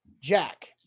Jack